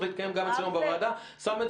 צריך להתקיים גם אצלנו בוועדה.